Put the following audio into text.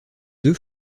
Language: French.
deux